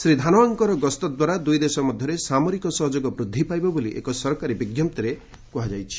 ଶ୍ରୀ ଧାନୋଆଙ୍କର ଗସ୍ତ ଦ୍ୱାରା ଦୁଇଦେଶ ମଧ୍ୟରେ ସାମରିକ ସହଯୋଗ ବୃଦ୍ଧି ପାଇବ ବୋଲି ଏକ ସରକାରୀ ବିଜ୍ଞପ୍ତିରେ କୁହାଯାଇଛି